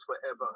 forever